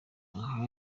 aha